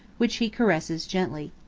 which he caresses gently.